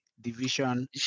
division